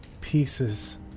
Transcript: pieces